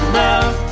love